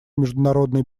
международной